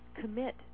commit